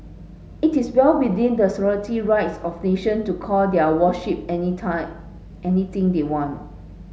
it is well within the sovereign rights of nation to call their warship anytime anything they want